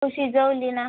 हो शिजवली ना